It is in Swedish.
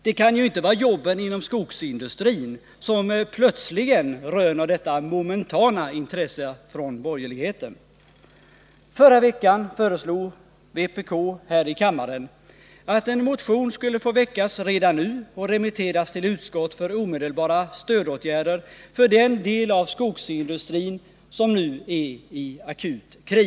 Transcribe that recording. Det kan ju inte vara jobben inom skogsindustrin som plötsligen röner detta momentana intresse från borgerligheten. Förra veckan föreslog vpk här i kammaren att en motion skulle få väckas Nr 49 redan nu och remitteras till utskott — för att man skulle kunna vidta Tisdagen den omedelbara stödåtgärder till den del av skogsindustrin som nu är i akut kris.